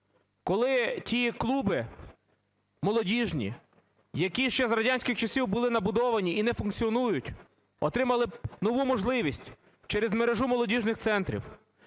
Коли ті клуби молодіжні, які ще за радянських часів були набудовані і не функціонують, отримали б нову можливість через мережу молодіжних центрів,